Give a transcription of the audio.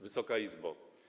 Wysoka Izbo!